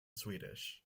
swedish